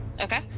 Okay